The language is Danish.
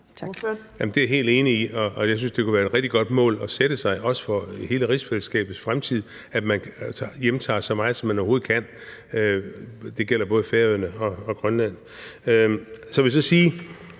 Det er jeg helt enig i, og jeg synes, det kunne være et rigtig godt mål at sætte sig, også for hele rigsfællesskabets fremtid, at man hjemtager så meget, som man overhovedet kan. Det gælder både Færøerne og Grønland.